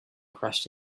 crashed